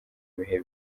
bihe